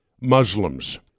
Muslims